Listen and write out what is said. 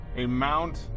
amount